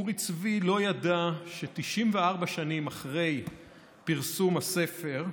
אורי צבי לא ידע ש-94 שנים אחרי פרסום הספר,